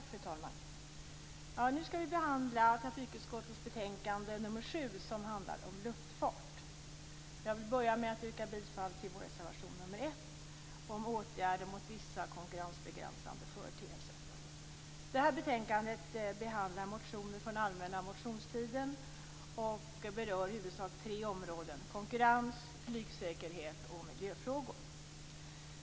Fru talman! Nu skall vi behandla trafikutskottets betänkande nr 7, som handlar om luftfart. Jag vill börja med att yrka bifall till vår reservation nr 1, om åtgärder mot vissa konkurrensbegränsande företeelser. Det här betänkandet behandlar motioner från allmänna motionstiden och berör i huvudsak tre områden: konkurrens, flygsäkerhet och miljöfrågor.